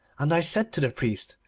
and i said to the priest,